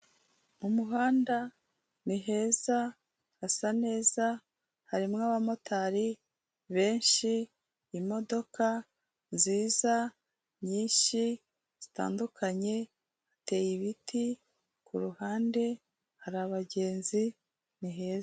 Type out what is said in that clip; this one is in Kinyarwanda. Mu muhanda ni heza, hasa neza, harimo abamotari benshi, imodoka nziza nyinshi, zitandukanye, hateye ibiti, ku ruhande hari abagenzi ni heza.